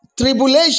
tribulation